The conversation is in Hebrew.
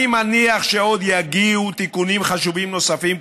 אני מניח שעוד יגיעו תיקונים חשובים נוספים,